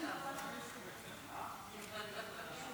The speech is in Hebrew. אבל אני לא רוצה לפזר את כל חברי הכנסת שכבר יושבים,